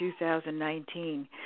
2019